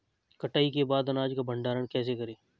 कटाई के बाद अनाज का भंडारण कैसे करें?